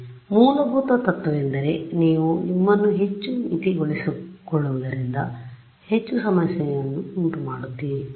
ಆದ್ದರಿಂದ ಮೂಲಭೂತ ತತ್ವವೆಂದರೆ ನೀವು ನಿಮ್ಮನ್ನು ಹೆಚ್ಚು ಮಿತಿಗೊಳಿಸಿಕೊಳ್ಳುವುದರಿಂದ ನೀವು ಸಮಸ್ಯೆಯನ್ನು ಉಂಟುಮಾಡುತ್ತೀರಿ